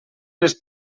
les